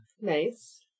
Nice